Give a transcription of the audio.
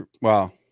wow